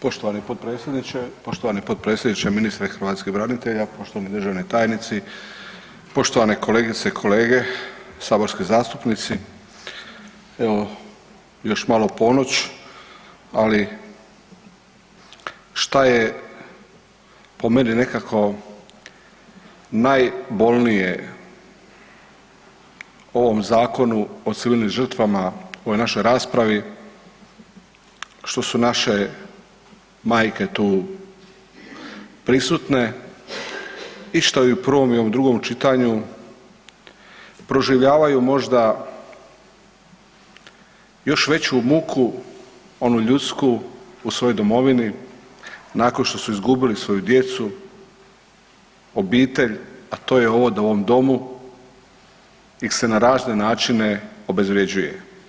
Poštovani potpredsjedniče, poštovani potpredsjedniče i ministre hrvatskih branitelja, poštovani državni tajnici, poštovane kolegice i kolege saborski zastupnici, evo još malo ponoć ali šta je po meni nekako najbolnije ovom zakonu o civilnim žrtvama u ovoj našoj raspravi što su naše majke tu prisutne i što i u prvom i u drugom čitanju proživljavaju možda još veću muku onu ljudsku u svojoj domovini nakon što su izgubili svoju djecu, obitelj, a to je ovo da u ovom domu ih se na razne načine obezvrjeđuje.